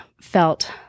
felt